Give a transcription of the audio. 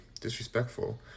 disrespectful